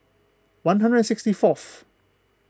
one hundred and sixty fourth